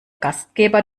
gastgeber